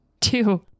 Two